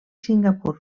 singapur